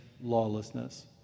lawlessness